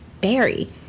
Barry